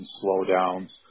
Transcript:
slowdowns